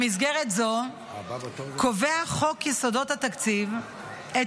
במסגרת זו קובע חוק יסודות התקציב את